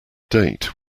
date